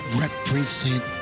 represent